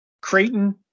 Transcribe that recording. Creighton